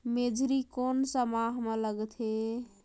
मेझरी कोन सा माह मां लगथे